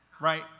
right